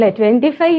25